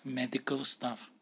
medical staff